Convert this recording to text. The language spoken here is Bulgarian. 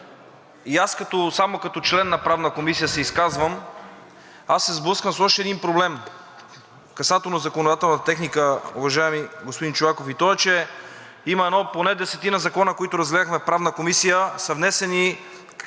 И аз само като член на Правната комисия се изказвам. Аз се сблъсквам с още един проблем касателно законодателната техника, уважаеми господин Чолаков, и той е, че има едно поне десетина закона, които разгледахме в Правната комисия, са внесени